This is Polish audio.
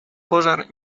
pożar